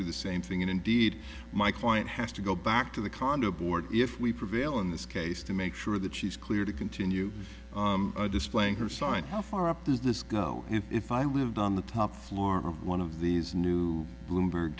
to the same thing and indeed my client has to go back to the condo board if we prevail in this case to make sure that she's clear to continue displaying her side how far up does this go if i lived on the top floor of one of these new bloomberg